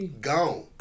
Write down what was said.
gone